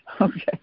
Okay